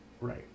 right